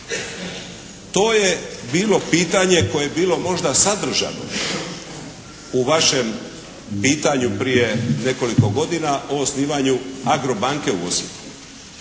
To je bilo pitanje koje je bilo možda sadržano u vašem pitanju prije nekoliko godina o osnivanju "Agrobanke" u Osijeku.